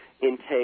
intake